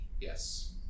Yes